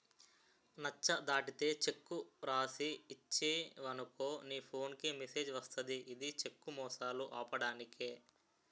నచ్చ దాటితే చెక్కు రాసి ఇచ్చేవనుకో నీ ఫోన్ కి మెసేజ్ వస్తది ఇది చెక్కు మోసాలు ఆపడానికే